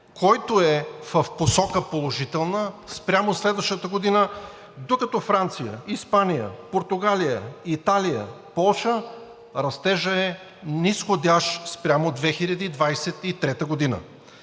който е в посока положителна спрямо следващата година, докато Франция, Испания, Португалия, Италия, Полша – растежът е низходящ спрямо 2023 г.